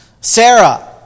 Sarah